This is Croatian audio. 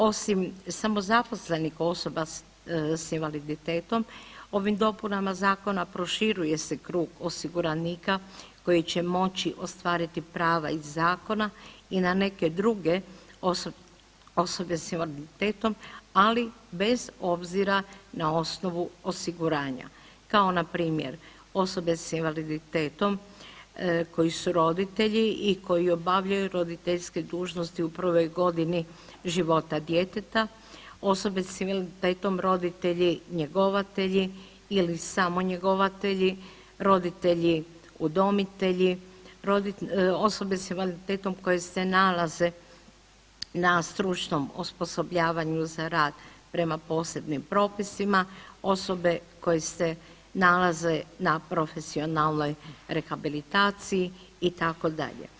Osim samozaposlenih osoba s invaliditetom ovim dopunama zakona proširuje se krug osiguranika koji će moći ostvariti prava iz zakona i na neke druge osobe s invaliditetom, ali bez obzira na osnovu osiguranja, kao npr. osobe s invaliditetom koji su roditelji i koji obavljaju roditeljske dužnosti u prvoj godini života djeteta, osobe s invaliditetom roditelji njegovatelji ili samo njegovatelji, roditelji udomitelji, osobe s invaliditetom koje se nalaze na stručnom osposobljavanju za rad prema posebnim propisima, osobe koje se nalaze na profesionalnoj rehabilitaciji itd.